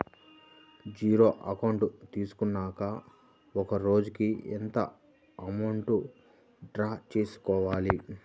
Zero account తీసుకున్నాక ఒక రోజుకి ఎంత అమౌంట్ డ్రా చేసుకోవాలి?